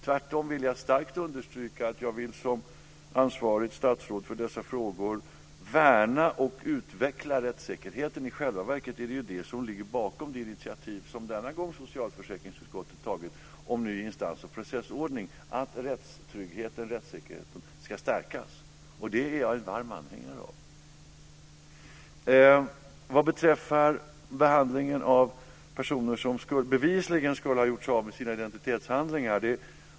Tvärtom vill jag starkt understryka att jag som ansvarigt statsråd för dessa frågor vill värna och utveckla rättssäkerheten. I själva verket är det ju det, att rättstryggheten, rättssäkerheten ska stärkas, som ligger bakom det initiativ som denna gång socialförsäkringsutskottet har tagit om en ny instans och processordning. Det är jag en varm anhängare av. Sedan gäller det behandlingen av personer som bevisligen skulle ha gjort sig av med sina identitetshandlingar.